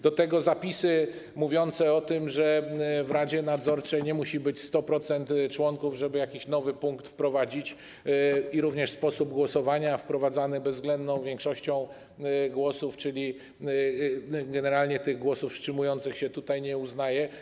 Do tego są zapisy mówiące o tym, że w radzie nadzorczej nie musi być 100% członków, żeby jakiś nowy punkt wprowadzić, również mamy sposób głosowania wprowadzany bezwzględną większością głosów, czyli generalnie tych głosów wstrzymujących się tutaj nie uznaje.